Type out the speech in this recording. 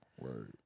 Word